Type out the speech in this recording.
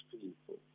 people